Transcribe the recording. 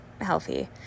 healthy